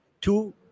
two